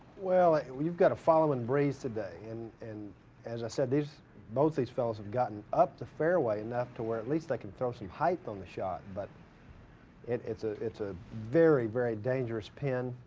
well, it. we've got a following breeze today. and and as i said, there's both these fellas have gotten up the fairway enough to where at least they could throw some height on the shot. but it's a it's a very, very dangerous pin.